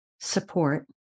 support